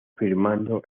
firmando